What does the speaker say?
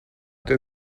der